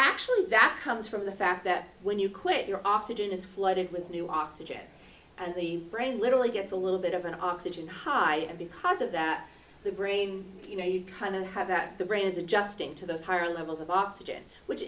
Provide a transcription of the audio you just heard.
actually that comes from the fact that when you quit your oxygen is flooded with new oxygen and the brain literally gets a little bit of an oxygen high and because of that the brain you know you kind of have that the brain is adjusting to those higher levels of oxygen which